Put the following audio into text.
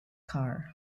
car